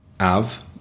Av